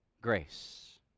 grace